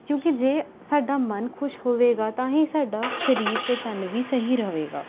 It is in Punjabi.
ਕਿਉਂਕਿ ਜੇ ਸਾਡਾ ਮਨ ਖੁਸ਼ ਹੋਵੇਗਾ ਤਾਂ ਹੀ ਸਾਡਾ ਸਰੀਰ ਅਤੇ ਤਨ ਵੀ ਸਹੀ ਰਵੇਗਾ